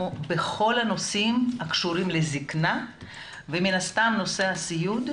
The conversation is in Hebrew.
בכל הנושאים הקשורים לזקנה ומן הסתם נושא הסיעוד,